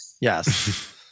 Yes